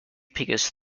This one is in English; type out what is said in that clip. because